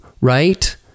right